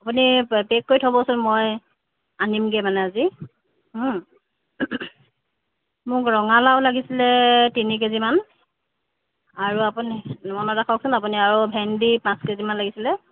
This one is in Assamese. আপুনি পেক কৰি থ'বচোন মই আনিমগে মানে আজি মোক ৰঙালাও লাগিছিলে তিনি কেজি মান আৰু আপুনি মনত ৰাখকচোন আপুনি আও ভেন্দি পাঁচ কেজিমান লাগিছিলে